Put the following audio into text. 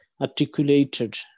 articulated